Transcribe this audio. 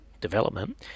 development